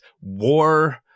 war